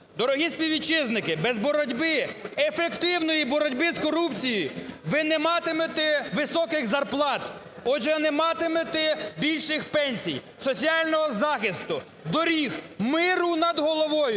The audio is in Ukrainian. Дорогі співвітчизники, без боротьби, ефективної боротьби з корупцією ви не матимете високих зарплат, отже, не матимете більших пенсій, соціального захисту, доріг, миру над головою.